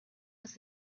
must